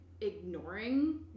ignoring